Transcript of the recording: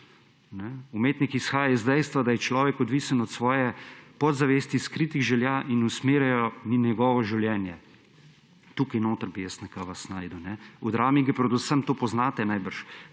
Umetnik izhaja iz dejstva, da je človek odvisen od svoje podzavesti, skritih želja, ki usmerjajo njegovo življenje. Tukaj notri bi jaz vas našel, v drami, ki jo verjetno poznate –